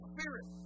Spirit